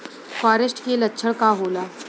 फारेस्ट के लक्षण का होला?